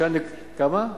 לכמה?